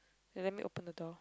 they let me open the door